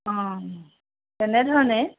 অ তেনেধৰণে